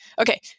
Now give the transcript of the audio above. Okay